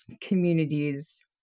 communities